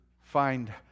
find